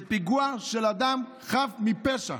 זה פיגוע על אדם חף מפשע.